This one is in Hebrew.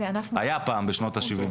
רגע,